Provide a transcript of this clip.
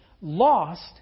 lost